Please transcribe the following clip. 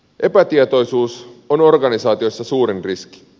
epätietoisuus on organisaatioissa suurin riski